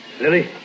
Lily